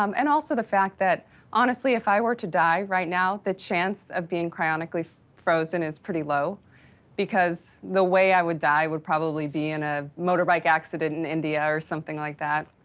um and also the fact that honestly, if i were to die right now, the chance of being cryogenically frozen is pretty low because the way i would die would probably be in a motorbike accident in india or something like that.